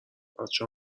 بچه